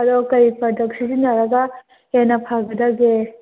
ꯑꯗꯣ ꯀꯔꯤ ꯄ꯭ꯔꯗꯛ ꯁꯤꯖꯤꯟꯅꯔꯒ ꯍꯦꯟꯅ ꯐꯒꯗꯒꯦ